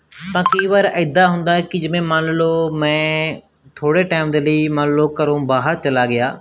ਤਾਂ ਕਈ ਵਾਰ ਇੱਦਾਂ ਹੁੰਦਾ ਹੈ ਕਿ ਜਿਵੇਂ ਮੰਨ ਲਓ ਮੈਂ ਥੋੜ੍ਹੇ ਟਾਈਮ ਦੇ ਲਈ ਮੰਨ ਲਓ ਮੈਂ ਘਰੋਂ ਬਾਹਰ ਚਲਾ ਗਿਆ